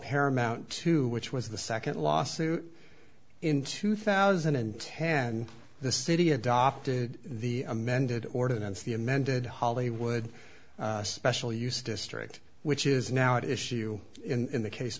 paramount to which was the second lawsuit in two thousand and ten the city adopted the amended ordinance the amended hollywood special use district which is now at issue in the case